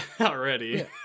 already